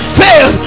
fail